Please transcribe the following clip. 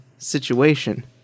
situation